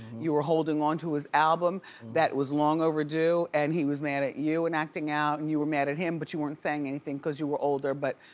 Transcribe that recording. you were holding onto his album that was long overdue and he was mad at you and acting out and you were mad at him but you weren't saying anything because you were older but.